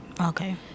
Okay